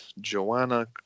Joanna